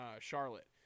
Charlotte